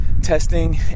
testing